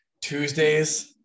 Tuesdays